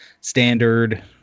standard